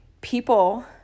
people